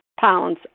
pounds